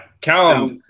Callum